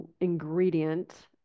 ingredient